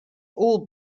all